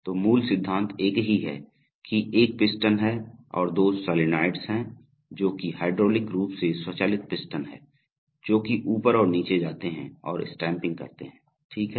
तो मूल सिद्धांत एक ही है कि एक पिस्टन है और दो सॉलिनोइड्स हैं जो कि हाइड्रॉलिक रूप से संचालित पिस्टन है जोकि ऊपर और नीचे जाते हैं और स्टैम्पिंग करते हैं ठीक है